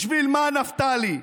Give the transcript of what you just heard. בשביל מה, נפתלי?